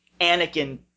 Anakin